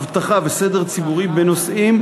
אבטחה וסדר ציבורי בנושאים,